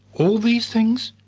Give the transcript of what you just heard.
all these things?